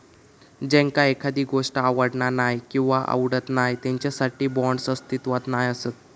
ज्यांका एखादी गोष्ट आवडना नाय किंवा आवडत नाय त्यांच्यासाठी बाँड्स अस्तित्वात नाय असत